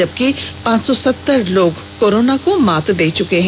जबकि पांच सौ सत्तर व्यक्ति कोरोना को मात दे चुके हैं